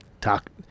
talk